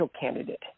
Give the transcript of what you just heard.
candidate